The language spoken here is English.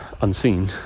unseen